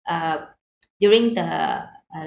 uh during the uh